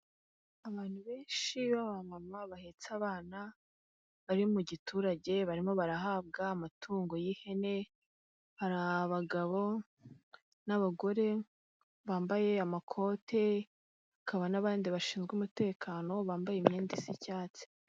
Abantu benshi baba mama bahetse abana bari mu giturage barimo barahabwa amatungo y'ihene, hari bagabo n'abagore bambaye amakote, akaba n'abandi bashinzwe umutekano bambaye imyenda isa icyatsi.